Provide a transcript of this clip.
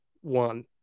one